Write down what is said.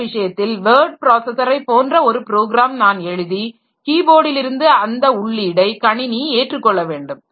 இந்த விஷயத்தில் வேர்ட் ப்ராஸஸரைப் போன்ற ஒரு ப்ரோக்ராம் நான் எழுதி கீ போர்டில் இருந்து அந்த உள்ளீடை கணினி ஏற்றுக்கொள்ள வேண்டும்